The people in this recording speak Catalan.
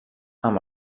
amb